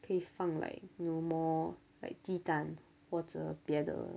可以放 like know more like 鸡蛋或者别的